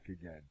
again